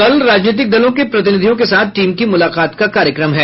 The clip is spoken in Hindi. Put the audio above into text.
कल राजनीतिक दलों के प्रतिनिधियों के साथ टीम की मुलाकात का कार्यक्रम है